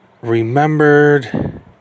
remembered